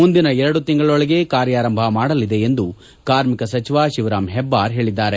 ಮುಂದಿನ ಎರಡು ತಿಂಗಳೊಳಗೆ ಕಾರ್ಯಾರಂಭ ಮಾಡಲಿದೆ ಎಂದು ಕಾರ್ಮಿಕ ಸಚಿವ ಶಿವರಾಮ್ ಹೆಬ್ಬಾರ್ ಹೇಳಿದ್ದಾರೆ